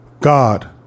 God